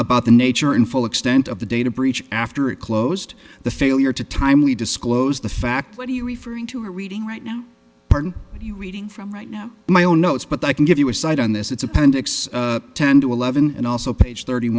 about the nature and full extent of the data breach after it closed the failure to timely disclose the fact what are you referring to are reading right now you're reading from right now my own notes but i can give you a side on this it's appendix ten to eleven and also page thirty